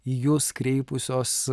į jus kreipusios